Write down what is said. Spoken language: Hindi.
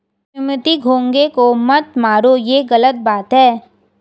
सुमित घोंघे को मत मारो, ये गलत बात है